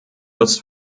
nutzt